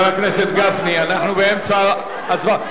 חבר הכנסת גפני, אנחנו באמצע ההצבעה.